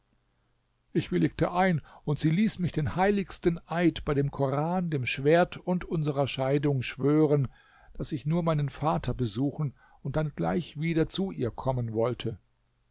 ich willigte ein und sie ließ mich den heiligsten eid bei dem koran dem schwert und unserer scheidung schwören daß ich nur meinen vater besuchen und dann gleich wieder zu ihr kommen wollte